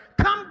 come